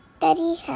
Daddy